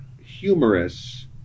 humorous